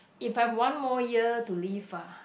if I've one more year to live ah